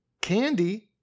Candy